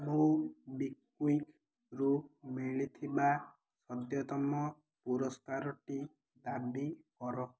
ମୋବିକ୍ଵିକ୍ରୁ ମିଳିଥିବା ସଦ୍ୟତମ ପୁରସ୍କାରଟି ଦାବି କର